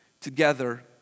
together